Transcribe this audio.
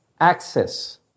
access